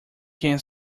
can